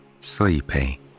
sleepy